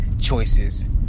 choices